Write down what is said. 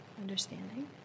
Understanding